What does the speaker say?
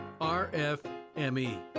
RFME